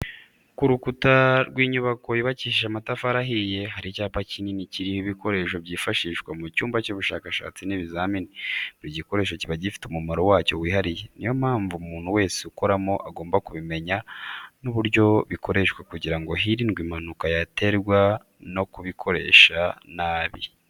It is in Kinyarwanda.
Ku rukukuta rw'inyubako yubakishije amatafari ahiye, hari icyapa kikini kiriho ibikoresho byifashishwa mu cyumba cy'ubushakashatsi n'ibizamini, buri gikoresho kiba gifite umumaro wacyo wihariye, niyo mpamvu umuntu wese ukoramo agomba kubimenya n'uburyo bikoreshwa kugira ngo hirindwe impanuka yaterwa no kubikoresha nabi.